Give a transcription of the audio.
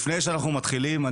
לפני שאנחנו מתחילים,